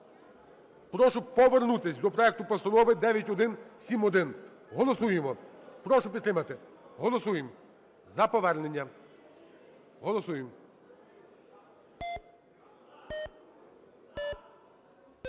Прошу повернутись до проекту Постанови 9171. Голосуємо. Прошу підтримати. Голосуємо за повернення. Голосуємо.